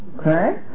Okay